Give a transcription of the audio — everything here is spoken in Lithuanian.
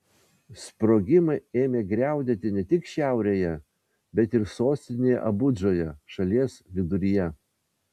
sprogimai ėmė griaudėti ne tik šiaurėje bet ir sostinėje abudžoje šalies viduryje